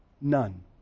None